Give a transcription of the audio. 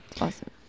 Awesome